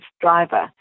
driver